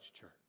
church